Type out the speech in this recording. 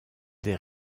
des